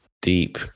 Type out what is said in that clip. deep